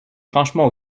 franchement